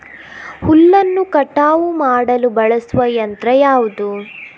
ಹುಲ್ಲನ್ನು ಕಟಾವು ಮಾಡಲು ಬಳಸುವ ಯಂತ್ರ ಯಾವುದು?